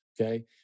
okay